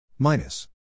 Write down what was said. Minus